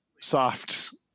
soft